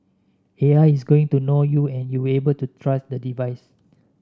A I is going to know you and you will able to trust the device